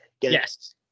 yes